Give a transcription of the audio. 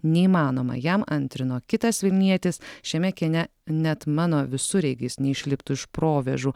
neįmanoma jam antrino kitas vilnietis šiame kieme net mano visureigis neišliptų iš provėžų